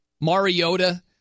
Mariota